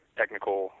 technical